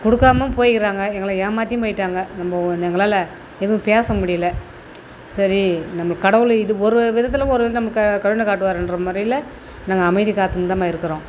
கொடுக்காம போயிருக்காங்க எங்களை ஏமாற்றியும் போயிட்டாங்க ரொம்ப எங்களால் எதுவும் பேச முடியல சரி நமக்கு கடவுள் ஒரு விதத்தில் ஒரு நமக்கு கருணை காட்டுவாருன்ற முறையில நாங்க அமைதி காத்துகிட்டுதான்மா இருக்கிறோம்